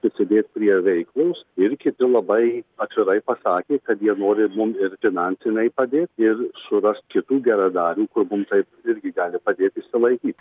prisidėt prie veiklos ir kiti labai atvirai pasakė kad jie nori mum ir finansiniai padėt ir surast kitų geradarių kur mum taip irgi gali padėt išsilaikyt